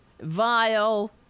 vile